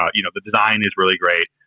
um you know, the design is really great,